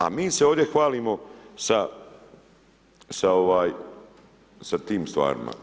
A mi se ovdje hvalimo sa tim stvarima.